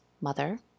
mother